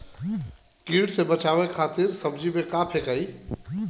कीट से बचावे खातिन सब्जी में का फेकाई?